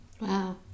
Wow